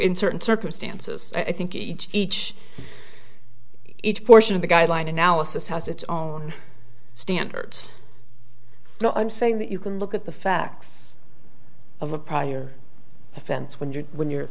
in certain circumstances i think each each each portion of the guideline analysis has its own standards now i'm saying that you can look at the facts of a prior offense when you're when you're